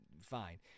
fine